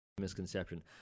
misconception